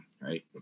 right